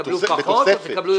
תקבלו פחות או תקבלו יותר?